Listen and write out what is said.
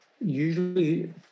usually